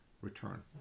return